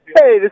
Hey